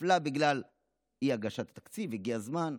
נפלה בגלל אי-הגשת תקציב, הגיע הזמן.